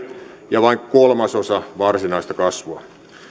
ja vain kolmasosa varsinaista kasvua